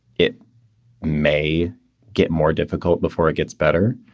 it may get more difficult before it gets better.